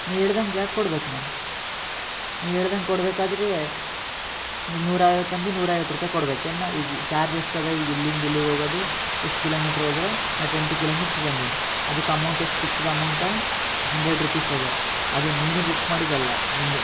ನೀನು ಹೇಳ್ದಂಗೆ ಯಾಕೆ ಕೊಡ್ಬೇಕು ನಾನು ನೀನು ಹೇಳ್ದಂಗೆ ಕೊಡಬೇಕಾದ್ರೆ ನೀನು ನೂರೈವತ್ತು ಅಂದು ನೂರೈವತ್ತು ರೂಪಾಯಿ ಕೊಡ್ಬೇಕೇನು ನಾನು ಹೀಗೆ ಚಾರ್ಜ್ ಎಷ್ಟಿದೆ ಈಗ ಇಲ್ಲಿಂದ ಇಲ್ಲಿಗೆ ಹೋಗೋದು ಇಷ್ಟು ಕಿಲೋಮೀಟ್ರ್ ಹೋದ್ರೆ ನಾನು ಟ್ವೆಂಟಿ ಕಿಲೋಮೀಟ್ಸ್ ಬಂದೀನಿ ಅದಕ್ಕೆ ಅಮೌಂಟ್ ಎಷ್ಟು ಫಿಕ್ಸಡ್ ಅಮೌಂಟ ಹಂಡ್ರೆಡ್ ರುಪೀಸ ಅದ ಅದು ನೀನು ಬುಕ್ ಮಾಡಿದ್ದಲ್ಲ ನಿಮ್ಮ